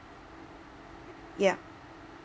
yeah